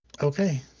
Okay